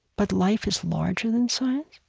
but life is larger than science.